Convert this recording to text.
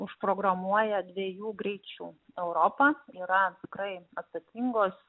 užprogramuoja dviejų greičių europą yra tikrai atsakingos